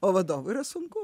o vadovu yra sunku